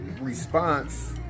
response